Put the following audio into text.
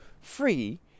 free